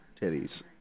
titties